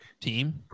Team